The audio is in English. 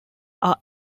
are